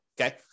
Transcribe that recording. Okay